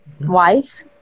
Wife